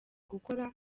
gukora